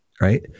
right